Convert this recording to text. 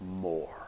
more